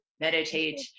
meditate